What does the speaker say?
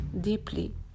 deeply